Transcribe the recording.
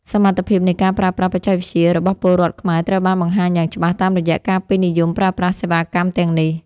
សមត្ថភាពនៃការប្រើប្រាស់បច្ចេកវិទ្យារបស់ពលរដ្ឋខ្មែរត្រូវបានបង្ហាញយ៉ាងច្បាស់តាមរយៈការពេញនិយមប្រើប្រាស់សេវាកម្មទាំងនេះ។